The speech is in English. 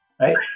Right